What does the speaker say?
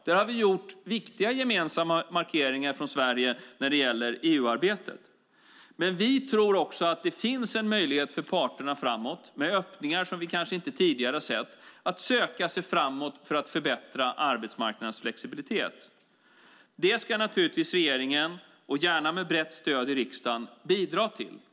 Där har vi gjort viktiga gemensamma markeringar från Sveriges sida när det gäller EU-arbetet, men vi tror också att det finns en möjlighet för parterna att med öppningar som vi kanske inte tidigare har sett söka sig framåt för att förbättra arbetsmarknadens flexibilitet. Det ska naturligtvis regeringen, gärna med brett stöd i riksdagen, bidra till.